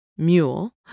mule